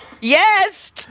Yes